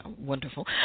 wonderful